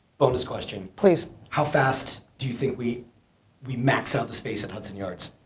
bonus question. please. how fast do you think we we max out the space at hudson yards?